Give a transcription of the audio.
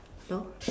so